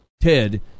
Ted